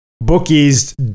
bookies